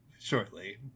shortly